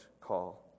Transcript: call